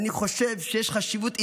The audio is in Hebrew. אני חושב שיש חשיבות עילאית,